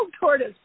tortoise